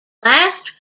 last